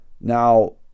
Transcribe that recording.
Now